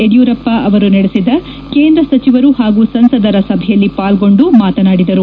ಯಡಿಯೂರಪ್ಪ ಅವರು ನಡೆಸಿದ ಕೇಂದ್ರ ಸಚವರು ಹಾಗೂ ಸಂಸದರ ಸಭೆಯಲ್ಲಿ ಪಾಲೊಂಡು ಅವರು ಮಾತನಾಡಿದರು